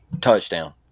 touchdown